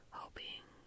hoping